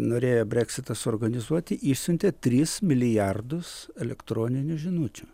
norėjo breksitą suorganizuoti išsiuntė tris milijardus elektroninių žinučių